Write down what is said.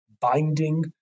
binding